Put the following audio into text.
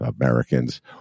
Americans